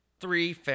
three